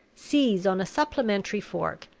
seize on a supplementary fork,